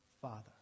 Father